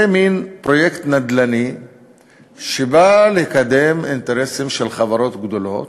זה מין פרויקט נדל"ני שבא לקדם אינטרסים של חברות גדולות,